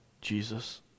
Jesus